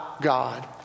God